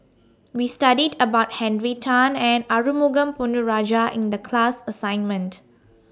We studied about Henry Tan and Arumugam Ponnu Rajah in The class assignment